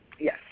Yes